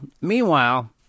meanwhile